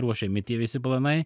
ruošiami tie visi planai